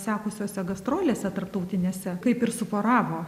sekusiose gastrolėse tarptautinėse kaip ir suporavo